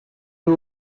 you